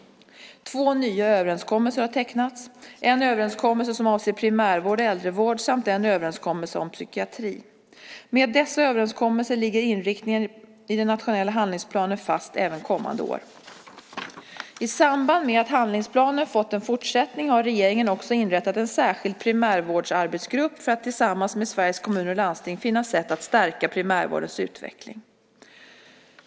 Två nya överenskommelser har tecknats - en överenskommelse som avser primärvård och äldrevård samt en överenskommelse om psykiatri. Med dessa överenskommelser ligger inriktningen i den nationella handlingsplanen fast även kommande år. I samband med att handlingsplanen fått en fortsättning har regeringen också inrättat en särskild primärvårdsarbetsgrupp för att tillsammans med Sveriges Kommuner och Landsting finna sätt att stärka primärvårdens utveckling.